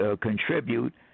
Contribute